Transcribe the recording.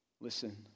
Listen